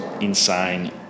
insane